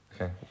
Okay